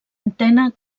antena